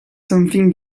something